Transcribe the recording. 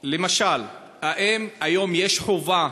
למשל, האם היום יש חובה